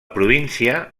província